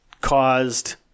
caused